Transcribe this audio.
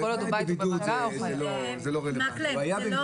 כל עוד הוא בא אתו במגע, הוא חייב.